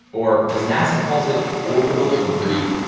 or as nasa calls it, orbital debris.